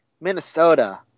Minnesota